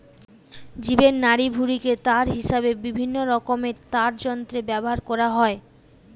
জীবের নাড়িভুঁড়িকে তার হিসাবে বিভিন্নরকমের তারযন্ত্রে ব্যাভার কোরা হয়